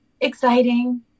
Exciting